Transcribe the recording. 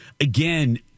Again